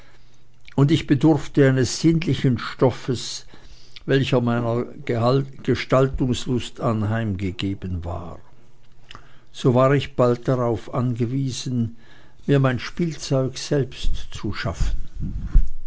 und ich bedurfte eines sinnlichen stoffes welcher meiner gestaltungslust anheimgegeben war so war ich bald darauf angewiesen mir mein spielzeug selbst zu schaffen